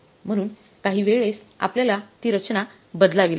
म्हणून काही वेळेस आपल्याला ती रचना बदलावी लागते